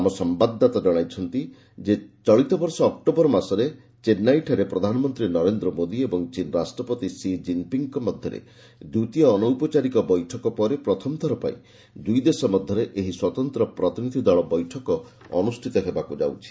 ଆମ ସମ୍ଭାଦଦାତା ଜଣାଇଛନ୍ତି ଯେ ଚଳିତ ବର୍ଷ ଅକ୍ଟୋବର ମାସରେ ଚେନ୍ନାଇଠାରେ ପ୍ରଧାନମନ୍ତ୍ରୀ ନରେନ୍ଦ୍ର ମୋଦୀ ଏବଂ ଚୀନ୍ ରାଷ୍ଟ୍ରପତି ସି ଜିନ୍ପିଙ୍ଗ୍ଙ୍କ ମଧ୍ୟରେ ଦ୍ୱିତୀୟ ଅନୌପଚାରିକ ବୈଠକ ପରେ ପ୍ରଥମଥର ପାଇଁ ଦୁଇ ଦେଶ ମଧ୍ୟରେ ଏହି ସ୍ୱତନ୍ତ୍ର ପ୍ରତିନିଧି ଦଳ ବୈଠକ ଅନୁଷ୍ଠିତ ହେବାକୁ ଯାଉଛି